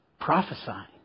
prophesying